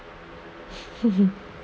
hmm hmm